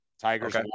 Tigers